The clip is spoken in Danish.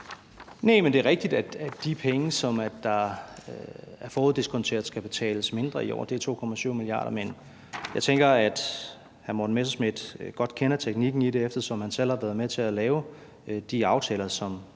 Næh, men det er rigtigt, at de penge, som der er foruddiskonteret, skal betales mindre i år, og det er 2,7 mia. kr. Men jeg tænker, at hr. Morten Messerschmidt godt kender teknikken i det, eftersom han selv har været med til at lave de aftaler, som